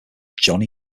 johnny